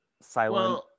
silent